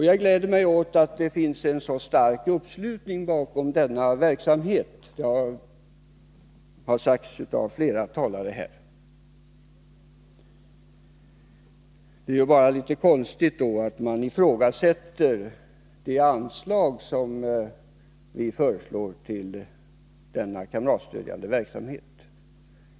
Jag gläder mig åt att det finns en så stark uppslutning bakom denna verksamhet. Att så är fallet har sagts av flera talare här. Det är då bara litet konstigt att man ifrågasätter det anslag som vi föreslår till denna kamratstödjande verksamhet.